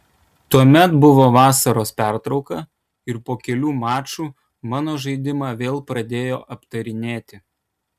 tuomet buvo vasaros pertrauka ir po kelių mačų mano žaidimą vėl pradėjo aptarinėti